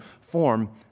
form